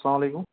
اسلامُ علیکم